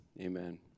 Amen